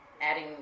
adding